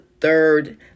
third